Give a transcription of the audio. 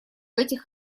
этих